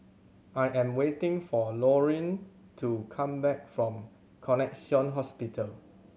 I am waiting for Lauryn to come back from Connexion Hospital